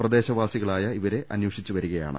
പ്രദേശ വാസി കളായ ഇവരെ അന്വേഷിച്ചു വരികയാണ്